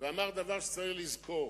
ואמר דבר שצריך לזכור,